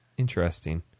Interesting